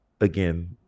again